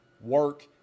work